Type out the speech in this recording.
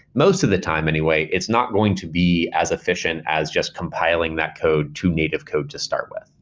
most of the time, anyway, it's not going to be as efficient as just compiling that code to native code to start with.